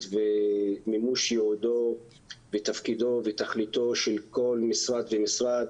ומימוש ייעודו תפקידו ותכליתו של כל משרד ומשרד